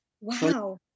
Wow